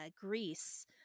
Greece